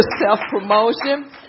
self-promotion